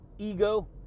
ego